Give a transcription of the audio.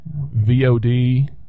vod